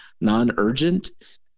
non-urgent